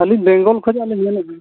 ᱟᱹᱞᱤᱧ ᱵᱮᱝᱜᱚᱞ ᱠᱷᱚᱱᱟᱜ ᱞᱤᱧ ᱢᱮᱱᱮᱜᱼᱟ